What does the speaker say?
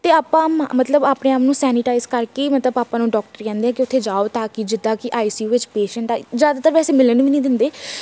ਅਤੇ ਆਪਾਂ ਮ ਮਤਲਬ ਆਪਣੇ ਆਪ ਨੂੰ ਸੈਨੀਟਾਈਜ਼ ਕਰਕੇ ਮਤਲਬ ਆਪਾਂ ਨੂੰ ਡੋਕਟਰ ਕਹਿੰਦੇ ਕਿ ਉੱਥੇ ਜਾਓ ਤਾਂ ਕਿ ਜਿੱਦਾਂ ਕਿ ਆਈ ਸੀ ਯੂ ਵਿੱਚ ਪੇਸ਼ੈਂਟ ਆ ਜ਼ਿਆਦਾਤਰ ਵੈਸੇ ਮਿਲਣ ਵੀ ਨਹੀਂ ਦਿੰਦੇ